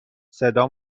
صدا